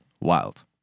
wild